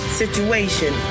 situation